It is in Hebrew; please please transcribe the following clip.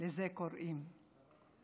קוראים לזה.